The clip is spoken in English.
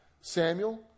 Samuel